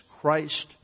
Christ